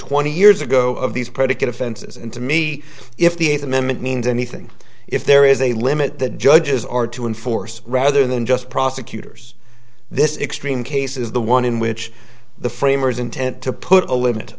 twenty years ago of these predicate offenses and to me if the eighth amendment means anything if there is a limit that judges are to enforce rather than just prosecutors this extreme case is the one in which the framers intent to put a limit